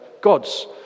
gods